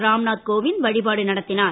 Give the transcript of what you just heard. ராம்நாத் கோவிந்த் வழிபாடு நடத்தினார்